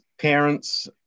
parents